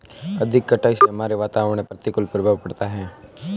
अधिक कटाई से हमारे वातावरण में प्रतिकूल प्रभाव पड़ता है